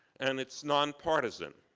and it's non-partisan.